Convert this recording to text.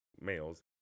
males